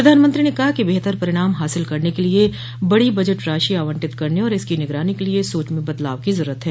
प्रधानमंत्री ने कहा कि बेहतर परिणाम हासिल करने के लिए बड़ी बजट राशि आवंटित करने और इसकी निगरानी के लिए सोच में बदलाव की जरूरत है